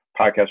podcast